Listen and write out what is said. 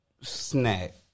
snack